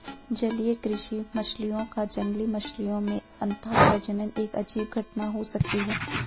जलीय कृषि मछलियों का जंगली मछलियों में अंतःप्रजनन एक अजीब घटना हो सकती है